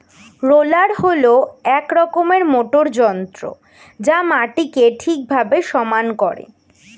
roller হল এক রকমের মোটর যন্ত্র যা মাটিকে ঠিকভাবে সমান করে